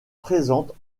présentes